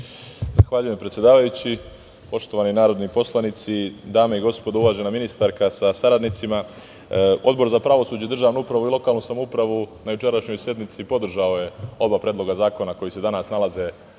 Zahvaljujem, predsedavajući. Poštovani narodni poslanici, dame i gospodo, uvažena ministarka sa saradnicima, Odbor za pravosuđe, državnu upravu i lokalnu samoupravu na jučerašnjoj sednici podržao je oba predloga zakona koja se danas nalaze